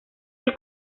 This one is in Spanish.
del